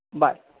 bye